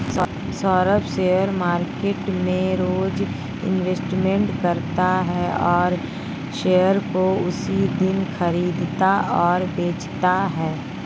Saurabh share market में रोज investment करता है और शेयर को उसी दिन खरीदता और बेचता है